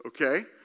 Okay